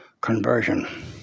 conversion